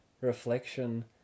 reflection